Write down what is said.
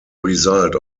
result